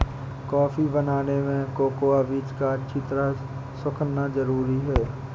coffee बनाने में cocoa बीज का अच्छी तरह सुखना जरूरी है